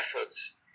efforts